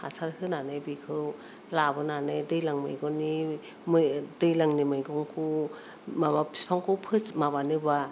हासार होनानै बेखौ लाबोनानै दैज्लां मैगंनि दैज्लांनि मैगंखौ माबा बिफांखौ माबानोबा